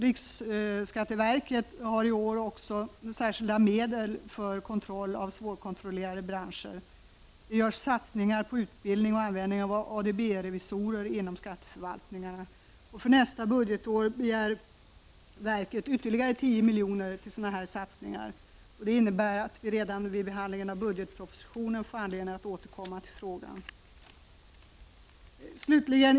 Riksskatteverket har i år också särskilda medel för kontroll av svårkontrollerade branscher. Det görs satsningar på utbildning och användning av ADB-revisorer inom skatteförvaltningarna. För nästa budgetår begär verket ytterligare 10 milj.kr. till sådana här satsningar. Det innebär att vi redan vid behandlingen av budgetpropositionen får anledning att återkomma till frågan.